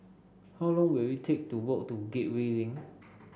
how long will it take to walk to Gateway Link